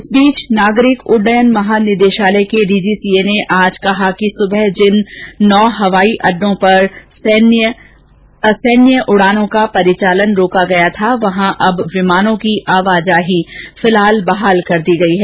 इस बीच नागरिक उड्डयन महानिदेशालय के डीजीसीए ने आज कहा कि सुबह जिन नौ हवाई अड्डों पर असैन्य उड़ानों का परिचालन रोका गया था वहां अब विमानों की आवाजाही फिलहाल बहाल कर दी गई है